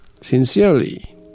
sincerely